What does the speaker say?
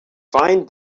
find